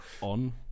on